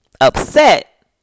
upset